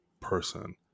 person